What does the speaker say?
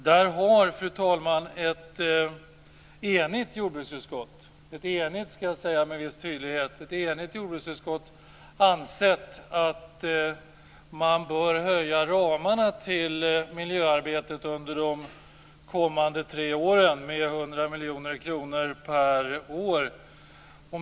Fru talman, i fråga om detta har ett enigt jordbruksutskott, vilket jag vill säga med viss tydlighet, ansett att man bör höja ramarna till miljöarbetet under de kommande tre åren med 100 miljoner kronor per år.